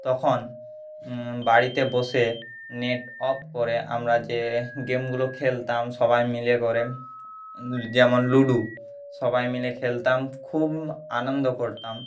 তখন বাড়িতে বসে নেট অফ করে আমরা যে গেমগুলো খেলতাম সবাই মিলে ঘরে যেমন লুডো সবাই মিলে খেলতাম খুব আনন্দ করতাম